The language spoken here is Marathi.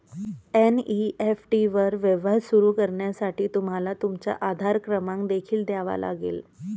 एन.ई.एफ.टी वर व्यवहार सुरू करण्यासाठी तुम्हाला तुमचा आधार क्रमांक देखील द्यावा लागेल